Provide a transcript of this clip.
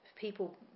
people